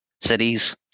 cities